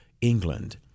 England